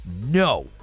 no